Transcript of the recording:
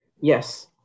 Yes